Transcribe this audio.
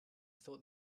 thought